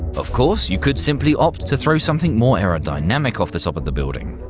of course, you could simply opt to throw something more aerodynamic off the top of the building.